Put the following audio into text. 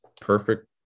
perfect